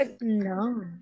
No